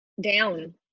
down